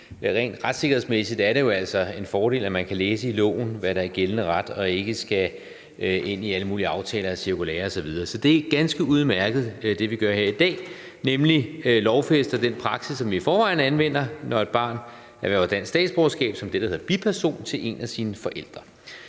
rent retssikkerhedsmæssigt jo er en fordel, at man kan læse i loven, hvad der er gældende ret, og ikke skal ind i alle mulige aftaler og cirkulærer osv. Så det, vi gør her i dag, er ganske udmærket, nemlig at vi lovfæster den praksis, som vi i forvejen anvender, når et barn erhverver dansk statsborgerskab som det, der hedder en biperson til en af sine forældre.